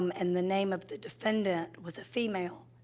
um and the name of the defendant was a female.